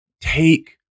take